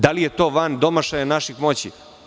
Da li je to van domašaja naših moći?